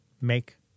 make